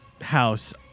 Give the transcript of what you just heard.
house